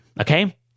okay